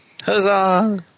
Huzzah